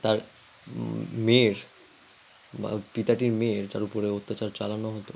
তার মেয়ের বা পিতাটির মেয়ের যার উপরে অত্যাচার চালানো হতো